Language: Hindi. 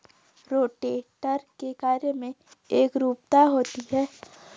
रोटेटर के कार्य में एकरूपता होती है